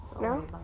No